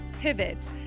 pivot